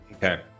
Okay